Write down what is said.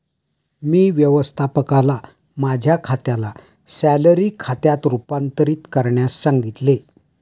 मी व्यवस्थापकाला माझ्या खात्याला सॅलरी खात्यात रूपांतरित करण्यास सांगितले